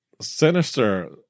Sinister